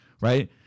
right